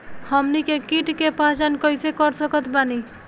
हमनी के कीट के पहचान कइसे कर सकत बानी?